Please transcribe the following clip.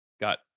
got